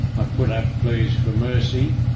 i put up pleas for mercy,